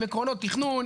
עם עקרונות תכנון,